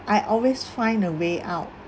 I always find a way out